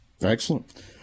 Excellent